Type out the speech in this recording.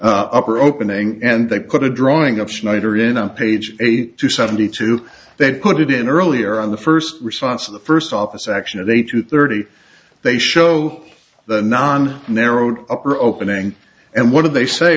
upper opening and they put a drawing of schneider in on page eight to seventy two they put it in earlier on the first response of the first office action of eight to thirty they show the non narrow upper opening and one of they say